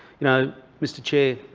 you know, mr chair,